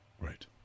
Right